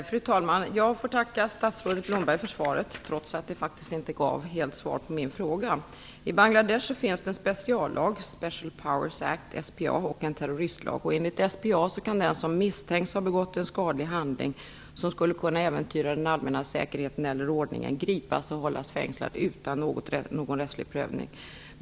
Fru talman! Jag får tacka statsrådet Blomberg för svaret, trots att det faktiskt inte helt och hållet besvarade min fråga. Act, SPA, och en terroristlag, och enligt SPA kan den som misstänks ha begått en skadlig handling som skulle kunna äventyra den allmänna säkerheten eller ordningen gripas och hållas fängslad utan någon rättslig prövning.